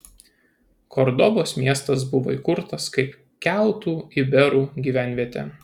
kordobos miestas buvo įkurtas kaip keltų iberų gyvenvietė